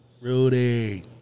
Rudy